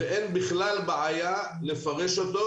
ואין בכלל בעיה לפרש אותו.